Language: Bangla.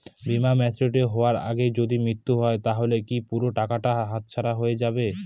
বীমা ম্যাচিওর হয়ার আগেই যদি মৃত্যু হয় তাহলে কি পুরো টাকাটা হাতছাড়া হয়ে যাবে?